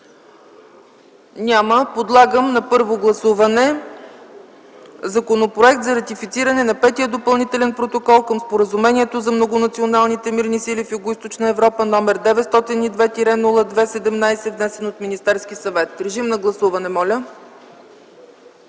Няма. Подлагам на първо гласуване Законопроект за ратифициране на Петия допълнителен протокол към Споразумението за Многонационалните мирни сили в Югоизточна Европа, № 902-02-17, внесен от Министерския съвет. Моля, гласувайте.